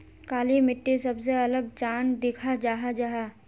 काली मिट्टी सबसे अलग चाँ दिखा जाहा जाहा?